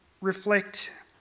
reflect